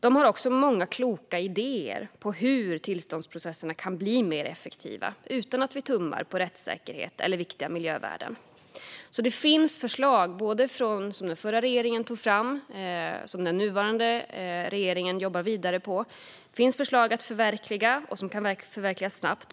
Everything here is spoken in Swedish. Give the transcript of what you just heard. De har många kloka idéer om hur tillståndsprocesserna kan bli mer effektiva utan att man tummar på rättssäkerhet och viktiga miljövärden. Det finns alltså förslag som den förra regeringen tog fram och som den nuvarande regeringen jobbar vidare på. Det finns förslag att förverkliga, och som kan förverkligas snabbt.